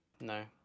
No